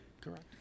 Correct